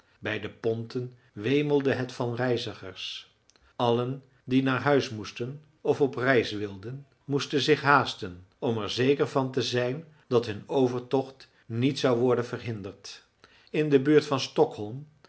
bij de ponten wemelde het van reizigers allen die naar huis moesten of op reis wilden moesten zich haasten om er zeker van te zijn dat hun overtocht niet zou worden verhinderd in de buurt van stockholm